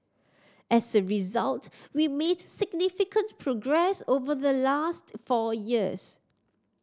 as a result we made significant progress over the last four years